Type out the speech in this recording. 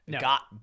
Got